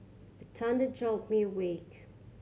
the thunder jolt me awake